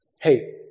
Hey